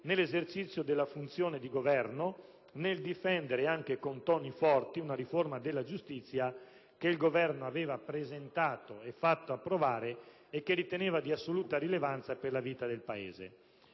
nell'esercizio della funzione di governo nel difendere, anche con toni forti, una riforma della giustizia che il Governo aveva presentato e fatto approvare e che riteneva di assoluta rilevanza per la vita del Paese».